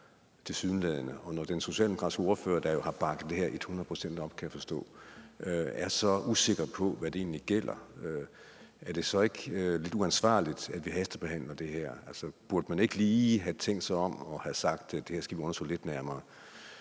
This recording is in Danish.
store uklarheder, og når den socialdemokratiske ordfører, som har bakket det her hundrede procent op, kan jeg kan forstå, er så usikker på, hvad der egentlig gælder, er det så ikke lidt uansvarligt, at vi hastebehandler det? Burde man ikke lige have tænkt sig om og sagt, at vi skal undersøge det her lidt nærmere?